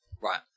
Right